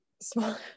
small